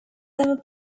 level